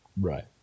right